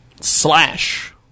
slash